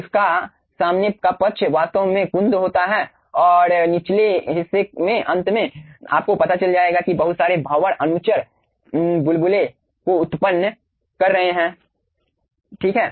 जिसका सामने का पक्ष वास्तव में कुंद होता है और निचले हिस्से में अंत में आपको पता चल जाएगा कि बहुत सारे भंवर अनुचर बुलबुले को उत्पन्न कर रहे हैं ठीक हैं